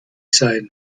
sein